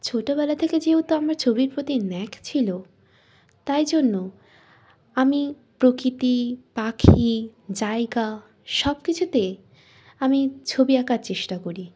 ছোটবেলা থেকে যেহেতু আমার ছবির প্রতি ন্যাক ছিল তাই জন্য আমি প্রকৃতি পাখি জায়গা সব কিছুতে আমি ছবি আঁকার চেষ্টা করি